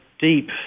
deep